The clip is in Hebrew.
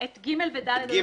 את (ג) ו-(ד) מעלה להצבעה.